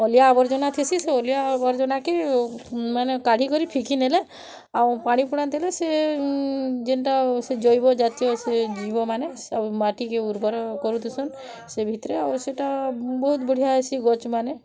ଅଲିଆ ଆବର୍ଜନା ଥିସି ସେ ଅଲିଆ ଆବର୍ଜନାକେ ମାନେ କାଢ଼ିକରି ଫିକି ନେଲେ ଆଉ ପାଣି ପୁଣା ଦେଲେ ସିଏ ଯେନ୍ଟା ସେ ଜୈବ ଜାତୀୟ ସେ ଜୀବମାନେ ସବ୍ ମାଟିକେ ଉର୍ବର କରୁଥିସନ୍ ସେ ଭିତ୍ରେ ଆଉ ସେଟା ବହୁତ୍ ବଢ଼ିଆ ହେସି ଗଛ୍ମାନେ